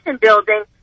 building